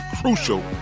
crucial